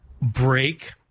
break